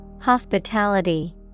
Hospitality